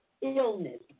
illness